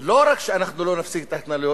לא רק שאנחנו לא נפסיק את ההתנחלויות,